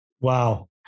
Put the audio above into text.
Wow